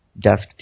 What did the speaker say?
desk